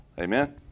Amen